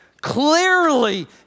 clearly